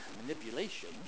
manipulation